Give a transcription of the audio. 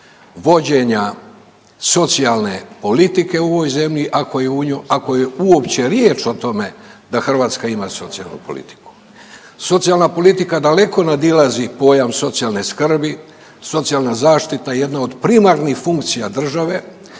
vođenja socijalne politike u ovoj zemlji ako je uopće riječ o tome da Hrvatska ima socijalnu politiku. Socijalna politika daleko nadilazi pojam socijalne skrbi, socijalna zaštita jedna od primarnih funkcija države,